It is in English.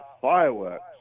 fireworks